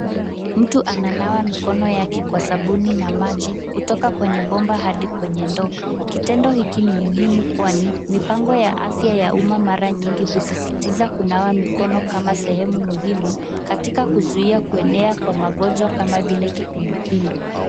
Mtu ananawa mikono yake kwa sabuni na maji kutoka kwene bomba hadi kwenye ndoo. Kitendo hiki ni muhimu kwani mipango ya afya ya umma mara mingi husisitiza kunawa mikono kama sehemu muhimu katika kuzuia kuenea kwa magonjwa kama vile kipindupindu.